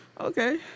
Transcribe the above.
okay